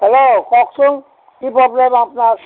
hello কওকচোন কি problem আপোনাৰ